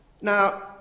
Now